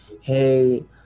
hey